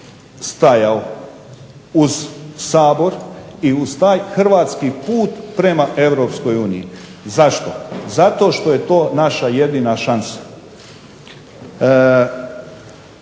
stajao uz Sabor i uz taj hrvatski put prema EU. Zašto? Zato što je to naša jedina šansa